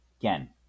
Again